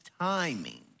timing